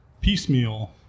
piecemeal